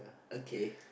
okay